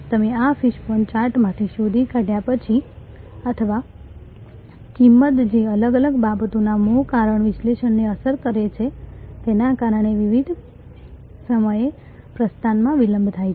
તમે આ ફિશબોન ચાર્ટમાંથી શોધી કાઢ્યા પછી અથવા કિંમત જે અલગ અલગ બાબતોના મૂળ કારણ વિશ્લેષણને અસર કરે છે જેના કારણે વિવિધ સમયે પ્રસ્થાનમાં વિલંબ થાય છે